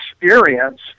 experience